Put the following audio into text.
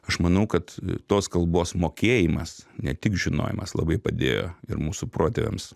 aš manau kad tos kalbos mokėjimas ne tik žinojimas labai padėjo ir mūsų protėviams